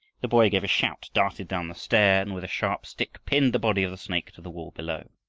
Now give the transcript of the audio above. the boy gave a shout, darted down the stair, and with a sharp stick, pinned the body of the snake to the wall below.